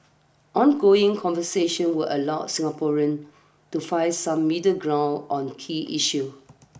ongoing conversation will allow Singaporeans to find some middle ground on key issues